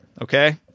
Okay